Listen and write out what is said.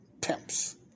pimps